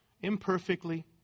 imperfectly